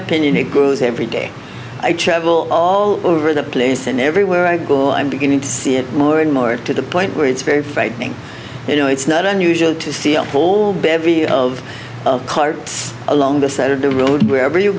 opinion it goes every day i travel all over the place and everywhere i go i'm beginning to see it more and more to the point where it's very frightening you know it's not unusual to see all bevy of it along the side of the road wherever you